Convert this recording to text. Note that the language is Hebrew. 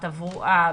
תברואה,